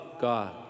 God